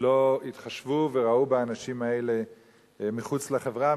לא התחשבו וראו באנשים האלה מי שהם מחוץ לחברה,